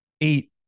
eight